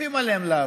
כופים עליהם לעבוד.